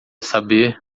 saber